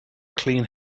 clean